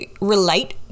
relate